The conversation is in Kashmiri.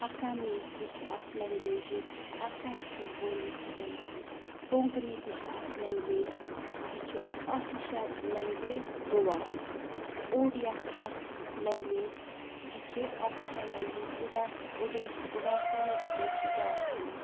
اَسامیٖز تہِ چھُ اَکھ لینٛگویج ییٚتہِ یُس آسامَس منٛز بولنہٕ چھِ یِوان کونٛکنی تہِ چھِ اَکھ لینٛگویج یہِ چھُ آفِشَل لینٛگویج گوواہٕچ اوڈِیا چھِ اَکھ لینٛگویج یہِ چھِ آفِشَل لینٛگویج اُڈاسہٕ اوڈے اوٚڈاساہٕچ بیٚیہِ چھِ جارکھنڈٕچ